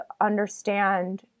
understand